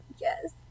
yes